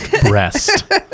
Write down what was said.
breast